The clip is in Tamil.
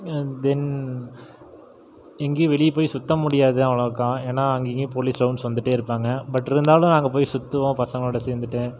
தென் எங்கேயும் வெளியே போய் சுற்ற முடியாது அவ்வளோக்கா ஏன்னா அங்கே இங்கேயும் போலீஸ் ரவுண்ட்ஸ் வந்துட்டே இருப்பாங்க பட் இருந்தாலும் நாங்கள் போய் சுற்றுவோம் பசங்களோட சேர்ந்துட்டு